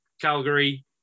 Calgary